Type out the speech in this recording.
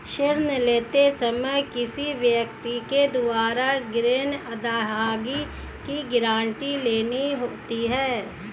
ऋण लेते समय किसी व्यक्ति के द्वारा ग्रीन अदायगी की गारंटी लेनी होती है